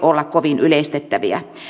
olla kovin yleistettäviä